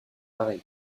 pareil